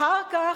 אחר כך,